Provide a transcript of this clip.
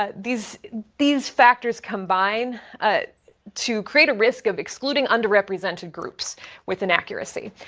ah these these factors combine to create a risk of excluding underrepresented groups with an accuracy.